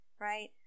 right